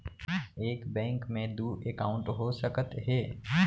एक बैंक में दू एकाउंट हो सकत हे?